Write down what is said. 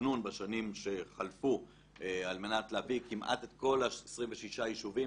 ובתכנון בשנים שחלפו על מנת לההביא כמעט את ה-26 יישובים,